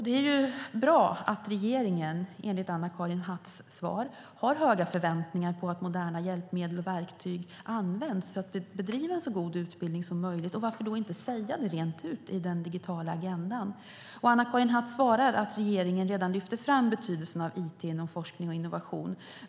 Det är bra att regeringen, enligt Anna-Karin Hatts svar, har höga förväntningar på att moderna hjälpmedel och verktyg används för att bedriva en så god utbildning som möjligt. Varför då inte säga det rent ut i den digitala agendan? Anna-Karin Hatt svarar att regeringen redan lyfter fram betydelsen av it inom forskning och innovation.